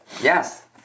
Yes